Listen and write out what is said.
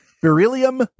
Beryllium